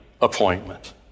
appointment